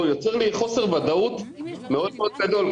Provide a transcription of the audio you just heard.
הוא יוצר לי חוסר ודאות מאוד מאוד גדול,